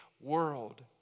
world